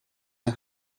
een